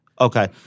okay